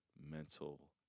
mental